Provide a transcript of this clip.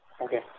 Okay